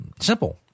Simple